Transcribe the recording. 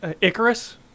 Icarus